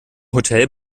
hotel